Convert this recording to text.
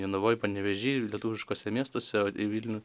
jonavoj panevėžy lietuviškuose miestuose o vilnių